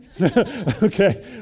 Okay